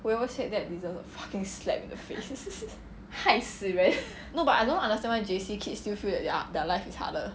whoever said that deserves a fucking slap in the face no but I don't understand why J_C kids still feel like their their life is harder